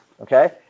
okay